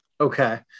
Okay